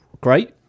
great